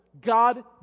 god